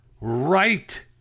Right